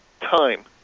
time